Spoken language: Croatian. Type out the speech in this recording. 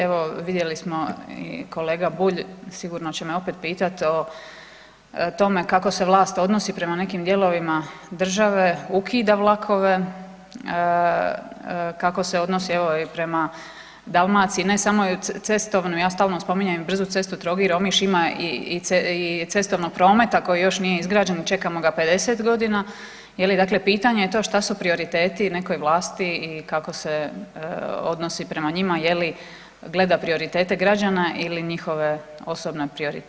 Evo vidjeli smo i kolega Bulj sigurno će me opet pitat o tome kako se vlast odnosi prema nekim dijelovima države, ukida vlakove, kako se odnosi evo i prema Dalmaciji i ne samo cestovno, ja stalno spominjem brzu cestu Trogir-Omiš, ima i cestovnog prometa koji još nije izgrađen, čekamo ga 50 g., ili dakle pitanje je to što su to prioriteti nekoj vlasti i kako se odnosi prema njima, je li gleda prioritete građana ili njihove osobne prioritete.